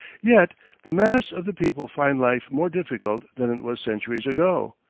yet the mass of the people find life more difficult than it was centuries ago.